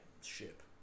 ship